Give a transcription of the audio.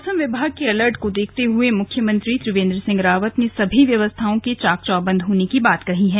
मौसम विभाग के अलर्ट को देखते हुए मुख्यमंत्री त्रिवेंद्र सिंह रावत ने सभी व्यवस्थाओं के चाक चौबंद होने की बात कही है